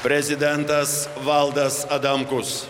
prezidentas valdas adamkus